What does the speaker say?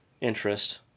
interest